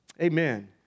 Amen